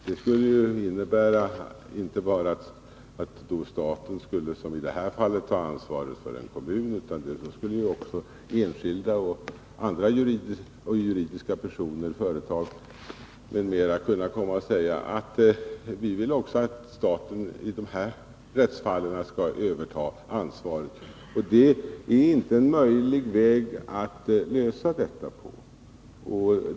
Det skulle inte bara innebära att staten, som i detta fall, tog ansvar för en kommun, utan också medföra att enskilda och juridiska personer, företag m.m., skulle kunna komma och säga: Vi vill att staten också i dessa rättsfall skall överta ansvaret. Det är inte en möjlig väg att lösa detta problem på.